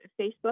Facebook